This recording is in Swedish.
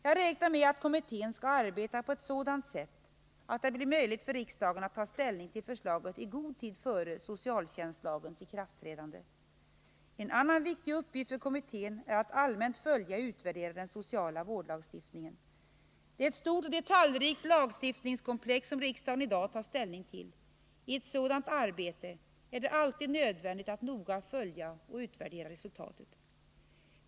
Jag räknar med att kommittén skall arbeta på ett sådant sätt att det blir möjligt för riksdagen att ta ställning till förslaget i god tid före socialtjänstlagens ikraftträdande. En annan viktig uppgift för kommittén är att allmänt följa och utvärdera den sociala vårdlagstiftningen. Det är ett stort och detaljrikt lagstiftningskomplex som riksdagen i dag tar ställning till. I ett sådant arbete är det alltid nödvändigt att noga följa och utvärdera resultatet.